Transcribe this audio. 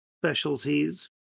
specialties